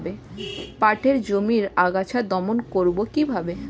পাটের জমির আগাছা দমন করবো কিভাবে?